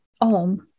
on